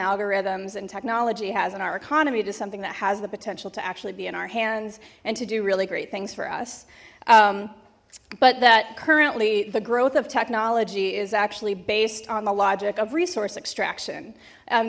algorithms and technology has in our economy to something that has the potential to actually be in our hands and to do really great things for us but that currently the growth of technology is actually based on the logic of resource extraction